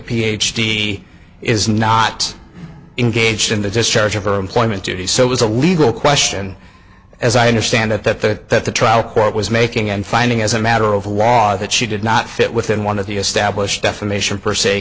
d is not engaged in the discharge of her employment duties so it was a legal question as i understand it that the that the trial court was making and finding as a matter of was that she did not fit within one of the established defamation per se